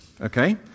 okay